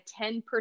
10%